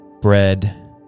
bread